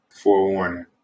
forewarning